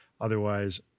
otherwise